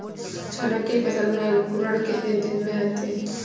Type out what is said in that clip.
चना की फसल में अंकुरण कितने दिन में आते हैं?